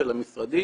של המשרדים